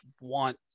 want